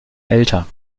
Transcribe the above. älter